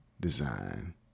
design